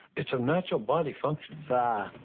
it's a natural body function. si.